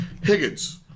Higgins